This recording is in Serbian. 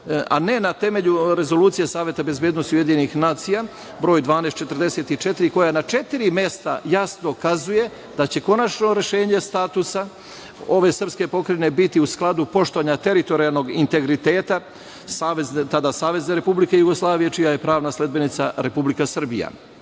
a ne na temelju Rezolucije Saveta bezbednosti UN broj 1244, koja na četiri mesta jasno ukazuje da će konačno rešenje statusa ove srpske pokrajine biti u skladu poštovanja teritorijalnog integriteta, tada Savezne Republike Jugoslavije, čija je pravna sledbenica Republika Srbija. Ne